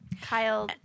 Kyle